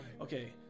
okay